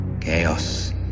Chaos